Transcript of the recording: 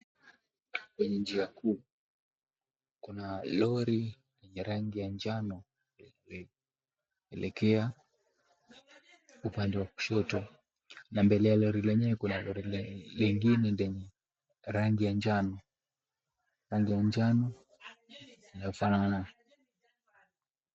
Hii ni njia kuu kuna lori ya rangi ya njano ikielekea upande wa kushoto na mbele ya lori lenyewe kuna gari lingine lenye rangi ya njano, rangi ya njano linalofanana.